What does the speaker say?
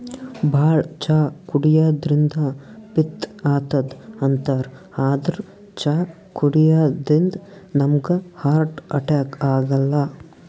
ಭಾಳ್ ಚಾ ಕುಡ್ಯದ್ರಿನ್ದ ಪಿತ್ತ್ ಆತದ್ ಅಂತಾರ್ ಆದ್ರ್ ಚಾ ಕುಡ್ಯದಿಂದ್ ನಮ್ಗ್ ಹಾರ್ಟ್ ಅಟ್ಯಾಕ್ ಆಗಲ್ಲ